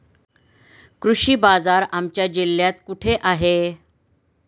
कृषी बाजार आमच्या जिल्ह्यात कुठे आहे?